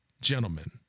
gentlemen